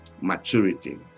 maturity